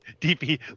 DP